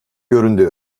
göründü